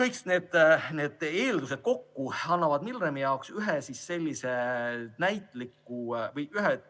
Kõik need eeldused kokku annavad Milremi jaoks ühe